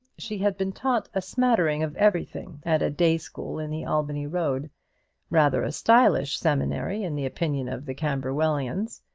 she had been taught a smattering of everything at a day-school in the albany road rather a stylish seminary in the opinion of the camberwellians.